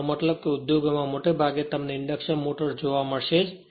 મારો મતલબ એ છે કે ઉદ્યોગમાં મોટે ભાગે તમને ઇન્ડક્શન મોટર્સ જોવા મળશે જ